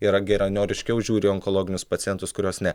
yra geranoriškiau žiūri į onkologinius pacientus kuriuos ne